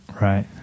Right